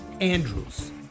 Andrews